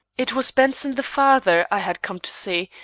it was benson the father i had come to see,